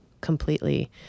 completely